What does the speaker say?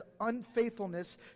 unfaithfulness